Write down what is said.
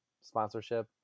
sponsorship